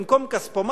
אולי במקום כספומטים,